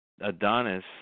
Adonis